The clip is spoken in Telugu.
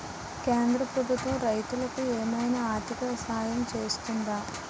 కేంద్ర ప్రభుత్వం రైతులకు ఏమైనా ఆర్థిక సాయం చేస్తుందా?